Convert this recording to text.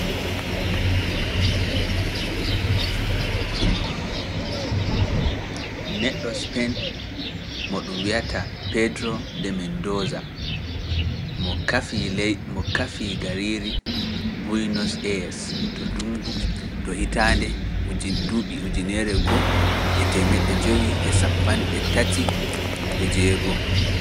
Ɗum neɗɗo Sipen mo ɗum wi’ata Pedro de Mendoza mo kafii gariiri Buynos Es to duŋgu to hitaande ujune e temedde jenayi e cappande jenayi e go(nineteen ninety one).